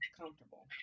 comfortable